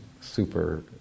super